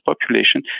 population